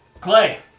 Clay